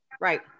Right